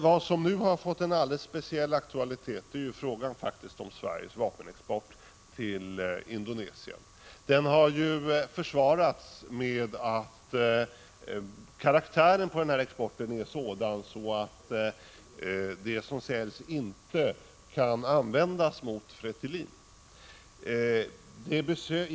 Vad som nu fått en alldeles speciell aktualitet är frågan om Sveriges vapenexport till Indonesien. Den har försvarats med att karaktären på exporten är sådan att det som säljs inte kan användas mot Fretilin.